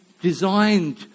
designed